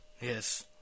Yes